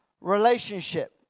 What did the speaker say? relationship